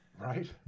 Right